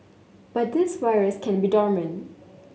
but this virus can be dormant